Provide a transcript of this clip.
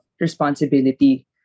responsibility